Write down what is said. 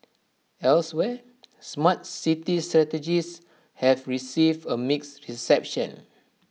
elsewhere Smart City strategies have received A mixed reception